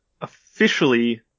Officially